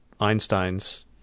Einstein's